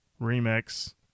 remix